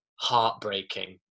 heartbreaking